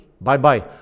Bye-bye